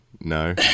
No